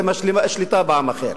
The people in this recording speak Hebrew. עם השליטה בעם אחר.